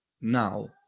now